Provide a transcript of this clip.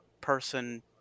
person